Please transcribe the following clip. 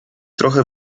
trochę